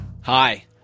Hi